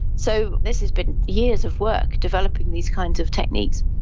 so this has been years of work developing these kinds of techniques.